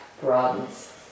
broadens